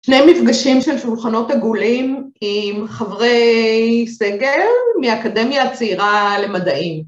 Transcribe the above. ‫שני מפגשים של שולחנות עגולים ‫עם חברי סגל מהאקדמיה הצעירה למדעים.